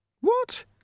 What